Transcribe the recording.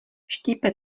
štípe